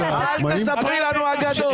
אל תספרי לנו אגדות.